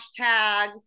hashtags